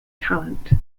talent